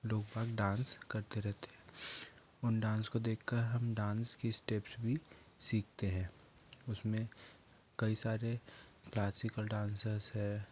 लोक बाग डांस करते रहते हैं उन डांस को देख कर हम डांस के स्टेप्स भीसीखते हैं उसमें कई सारे क्लासिकल डांसर्स हैं